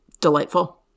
delightful